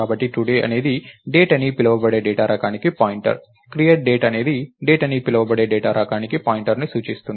కాబట్టి today అనేది Date అని పిలువబడే డేటా రకానికి పాయింటర్ create date అనేది Date అని పిలువబడే డేటా రకానికి పాయింటర్ను అందిస్తుంది